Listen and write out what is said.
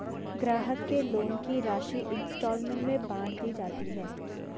ग्राहक के लोन की राशि इंस्टॉल्मेंट में बाँट दी जाती है